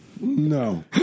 No